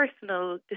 personal